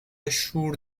شور